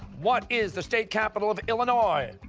what is the state capital of illinois?